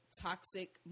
toxic